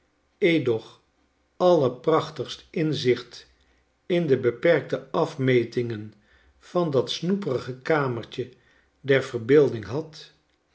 edoch allerprachtigst inzicht in de beperkte afmetingen van dat snoeperige kamertje der verbeelding had